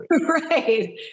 right